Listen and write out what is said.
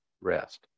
rest